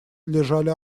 лежали